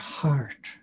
heart